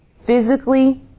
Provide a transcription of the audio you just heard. physically